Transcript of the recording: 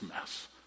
mess